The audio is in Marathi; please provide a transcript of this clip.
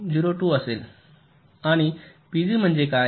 02 असेल आणि पीजी म्हणजे काय